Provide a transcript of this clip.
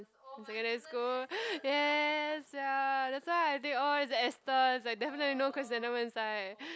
in secondary school yes sia that's why I think is all it's esters like definitely no chrysanthemum inside